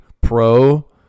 pro